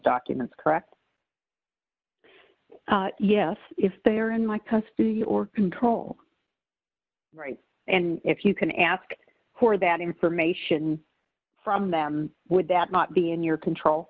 documents correct yes if they are in my custody or control right and if you can ask for that information from them would that not be in your control